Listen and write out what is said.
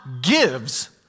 gives